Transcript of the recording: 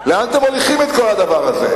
לאן אתם מוליכים את כל הדבר הזה?